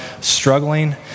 struggling